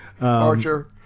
Archer